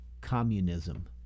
communism